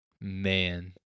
Man